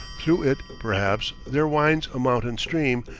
through it, perhaps, there winds a mountain stream,